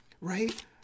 right